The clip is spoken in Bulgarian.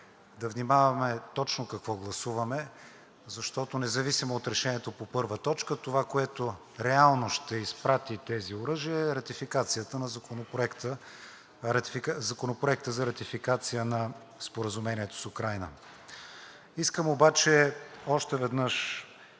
да внимаваме точно какво гласуваме, защото, независимо от Решението по първа точка, това, което реално ще изпрати тези оръжия, е Законопроектът за ратификация на Споразумението с Украйна. Искам обаче още веднъж